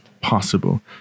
Possible